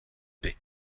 paix